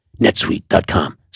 NetSuite.com